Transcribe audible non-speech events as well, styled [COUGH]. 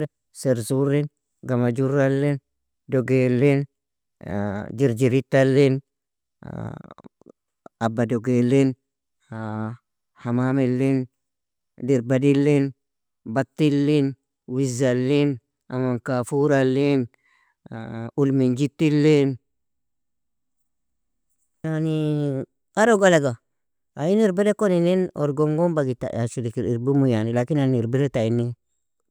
Serzurin, gama jurralin, dogilin, [HESITATION] jirjiritalin, [HESITATION] aba dogilin, [HESITATION] hamamilin, dirbadilin, battilin, wizalin, aman kafuralin, ulmin jitilin, yani aro galaga, ayin irbireakon inin, orgon gon bagita ashrikir irbimu yani lakin an irbirea ta inin.